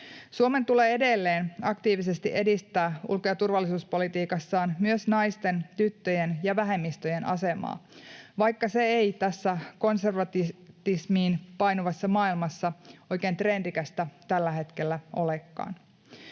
Suomen tulee edelleen aktiivisesti edistää ulko‑ ja turvallisuuspolitiikassaan myös naisten, tyttöjen ja vähemmistöjen asemaa, vaikka se ei tässä konservatismiin painuvassa maailmassa oikein trendikästä tällä hetkellä olekaan.